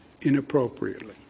inappropriately